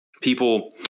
people